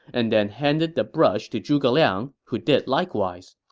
and then handed the brush to zhuge liang, who did likewise.